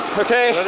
okay.